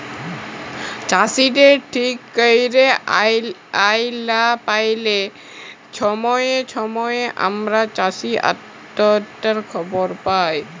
চাষীদের ঠিক ক্যইরে আয় লা প্যাইলে ছময়ে ছময়ে আমরা চাষী অত্যহত্যার খবর পায়